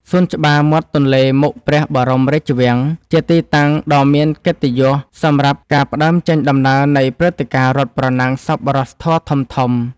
សួនច្បារមាត់ទន្លេមុខព្រះបរមរាជវាំង ជាទីតាំងដ៏មានកិត្តិយសសម្រាប់ការផ្ដើមចេញដំណើរនៃព្រឹត្តិការណ៍រត់ប្រណាំងសប្បុរសធម៌ធំៗ។